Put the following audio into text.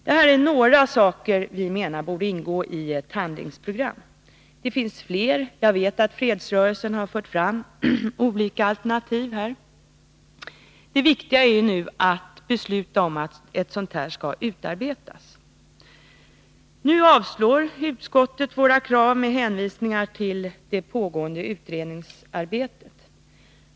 Det här är några saker som vi menar borde ingå i ett handlingsprogram. Det finns fler. Jag vet att fredsrörelsen har fört fram olika alternativ. Det viktiga är nu att besluta om att ett program skall utarbetas. Utskottet avstyrker våra krav med hänvisning till det pågående utredningsarbetet.